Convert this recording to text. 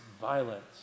violence